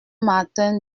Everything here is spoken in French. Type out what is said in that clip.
martin